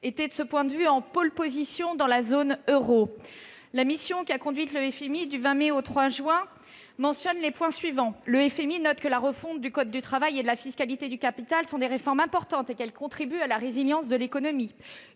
était de ce point de vue en pole position dans la zone euro. La mission qu'a conduite le FMI du 20 mai au 3 juin a noté que la refonte du code du travail et celle de la fiscalité du capital sont des réformes importantes, qui contribuent à la résilience de l'économie.